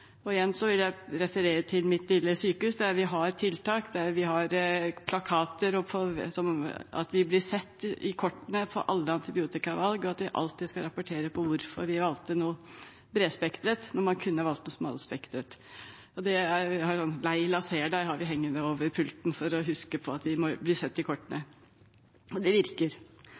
vil jeg referere til mitt lille sykehus, der vi har tiltak, der vi har plakater, at vi blir sett i kortene på alle antibiotikavalg, og at vi alltid skal rapportere på hvorfor vi valgte noe bredspektret når man kunne valgt noe smalspektret – Leila ser deg, har vi hengende over pulten for å huske på at vi blir sett i kortene, og det virker.